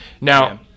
Now